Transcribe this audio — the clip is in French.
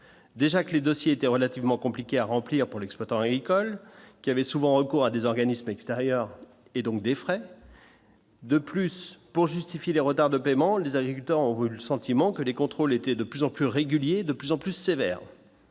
déjà que les dossiers étaient relativement compliqués à remplir pour l'exploitant agricole qui avaient souvent recours à des organismes extérieurs et donc des frais. De plus, pour justifier les retards de paiement, les agriculteurs ont voulu le sentiment que les contrôles étaient de plus en plus régulier de plus en plus sévères,